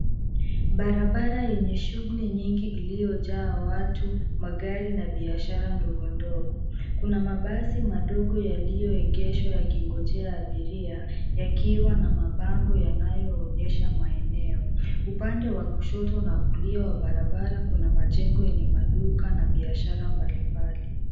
Barabara yenye shughuli nyingi iliyojaa watu, magari, na biashara dogo dogo. Kuna mabasi madogo yaliyoegeshwa yakiwangojea abiria yakiwa na mabango yanayoonyesha maeneo, upande wa kushoto na kulia wa barabara kuna majengo yenye maduka na biashara mbali mbali.